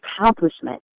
accomplishment